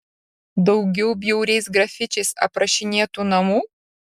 daugiau bjauriais grafičiais aprašinėtų namų